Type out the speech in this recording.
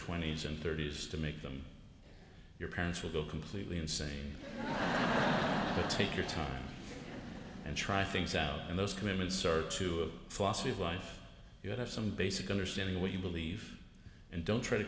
twenty's and thirty's to make them your parents will go completely insane take your time and try things out and those commitments search to a philosophy of life you have some basic understanding of what you believe and don't try to